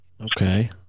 Okay